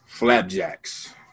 Flapjacks